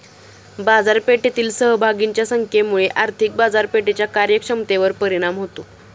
बाजारपेठेतील सहभागींच्या संख्येमुळे आर्थिक बाजारपेठेच्या कार्यक्षमतेवर परिणाम होतो